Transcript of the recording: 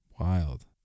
Wild